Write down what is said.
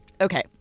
Okay